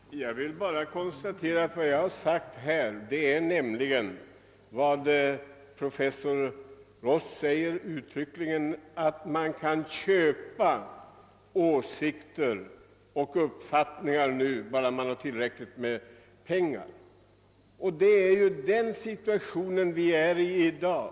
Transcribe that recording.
Herr talman! Jag vill bara konstatera att vad jag har talat om är vad professor Ross uttryckligen säger, nämligen att man kan köpa åsikter och uppfattningar bara man har tillräckligt med pengar. Det är ju i den situationen vi befinner oss i dag.